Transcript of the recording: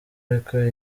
ariko